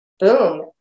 boom